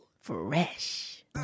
fresh